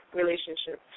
relationship